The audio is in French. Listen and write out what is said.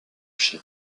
chien